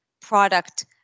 product